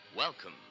Welcome